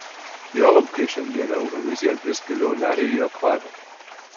juolab kai šiandienė eurovizija vis giliau neria į aklavietę